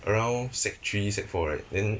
around sec three sec four right then